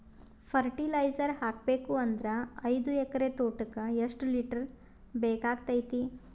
Fertiliser ಹಾಕಬೇಕು ಅಂದ್ರ ಐದು ಎಕರೆ ತೋಟಕ ಎಷ್ಟ ಲೀಟರ್ ಬೇಕಾಗತೈತಿ?